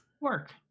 Work